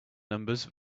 numbers